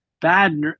bad